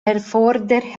herforder